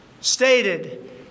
stated